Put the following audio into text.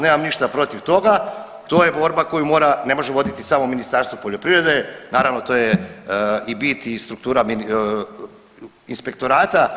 Nemam ništa protiv toga, to je borba koju mora, ne može voditi samo Ministarstvo poljoprivrede, naravno to je i bit i struktura inspektorata.